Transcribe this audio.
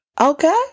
Okay